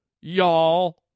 y'all